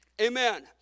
Amen